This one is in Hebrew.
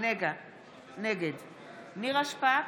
נגד נירה שפק,